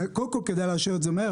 קודם כל, כדאי לאשר את זה מהר.